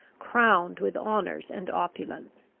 crowned with honours and opulence.